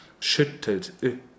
Schüttelt